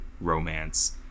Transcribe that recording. romance